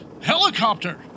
helicopter